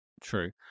true